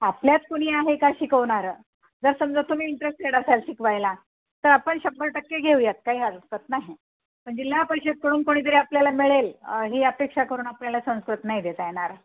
आपल्यात कुणी आहे का शिकवणारं जर समजा तुम्ही इंटरेस्टेड असाल शिकवायला तर आपण शंभर टक्के घेऊयात काही हरकत नाही पण जिल्हापरिषदकडून कोणीतरी आपल्याला मिळेल ही अपेक्षा करून आपल्याला संस्कृत नाही देता येणार